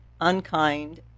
unkind